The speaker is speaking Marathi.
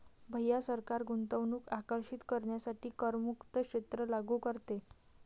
भैया सरकार गुंतवणूक आकर्षित करण्यासाठी करमुक्त क्षेत्र लागू करते